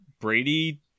Brady